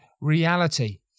reality